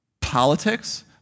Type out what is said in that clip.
politics